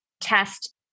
test